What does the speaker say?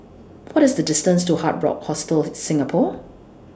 What IS The distance to Hard Rock Hostel Singapore